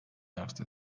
erdi